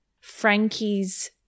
Frankie's